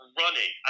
running